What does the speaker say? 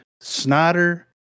Snyder